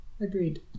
Agreed